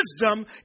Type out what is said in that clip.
wisdom